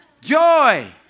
joy